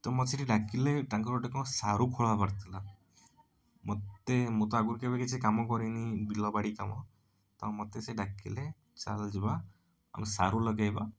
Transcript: ତ ମୋତେ ସେଠି ରାଗିଲେ ତାଙ୍କର କ'ଣ ଗୋଟେ ସାରୁ ଖୋଳା ହେବାର ଥିଲା ମୋତେ ମୁଁ ତ ଆଗରୁ କେବେ କିଛି କାମ କରିନି ବିଲ ବାଡ଼ି କାମ ତ ମୋତେ ସେ ଡ଼ାକିଲେ ଚାଲ ଯିବା ଆଉ ସାରୁ ଲଗାଇବା